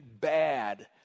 bad